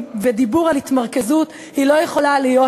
ודיבור על התמרכזות לא יכולה להיות,